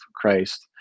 Christ